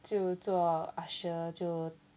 就做 usher 就